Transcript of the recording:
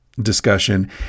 Discussion